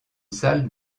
salle